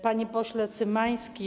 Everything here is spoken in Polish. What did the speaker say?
Panie Pośle Cymański!